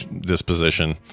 disposition